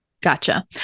Gotcha